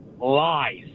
lies